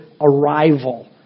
arrival